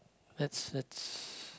let's let's